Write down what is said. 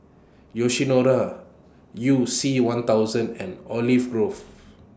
Yoshinoya YOU C one thousand and Olive Grove